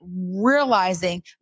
realizing